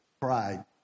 pride